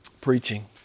preaching